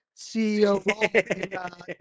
CEO